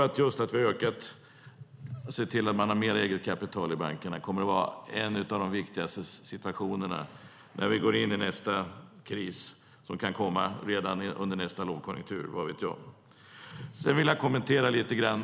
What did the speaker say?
Att vi sett till att man har mer eget kapital i bankerna tror jag kommer att höra till det som är viktigast när vi går in i nästa kris, som kan komma redan under nästa lågkonjunktur - vad vet jag. Sedan vill jag kommentera SBAB lite grann.